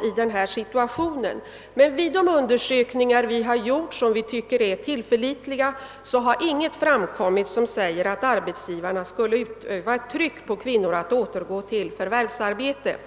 sig i denna situation. Men vid de undersökningar som vi gjort och som vi tycker är tillförlitliga har ingenting framkommit som tyder på att arbetsgivarna skulle utöva tryck på kvinnorna att återgå till förvärvsarbetet.